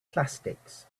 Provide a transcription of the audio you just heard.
plastics